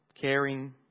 Caring